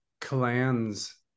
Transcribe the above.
clans